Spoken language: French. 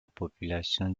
population